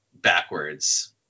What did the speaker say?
backwards